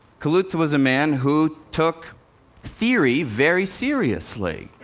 kaluza was a man who took theory very seriously.